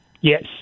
Yes